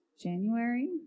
January